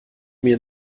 mir